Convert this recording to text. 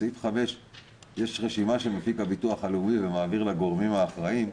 בתקנה 5 יש רשימה שמפיק הביטוח הלאומי ומעביר לגורמים האחראים.